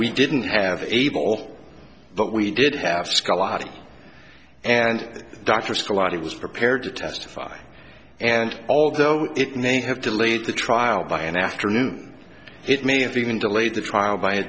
we didn't have able but we did have scarlatti and dr scott he was prepared to testify and although it may have delayed the trial by an afternoon it may have even delayed the trial by a